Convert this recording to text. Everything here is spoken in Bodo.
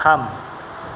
थाम